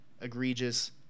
egregious